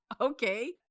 okay